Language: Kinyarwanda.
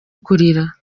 kurira